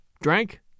drank